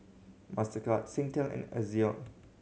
Mastercard Singtel and Ezion